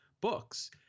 books